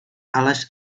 ales